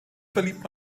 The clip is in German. verliebt